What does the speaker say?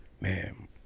man